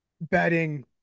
betting